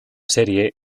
serie